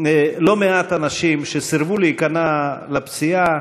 לא מעט אנשים שסירבו להיכנע לפציעה,